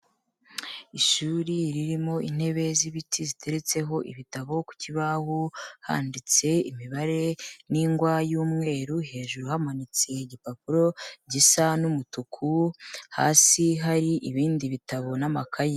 Ishuri ririmo intebe z'ibiti ziteretseho ibitabo, ku kibaho handitse imibare n'ingwa y'umweru, hejuru hamanitse igipapuro gisa n'umutuku, hasi hari ibindi bitabo n'amakaye.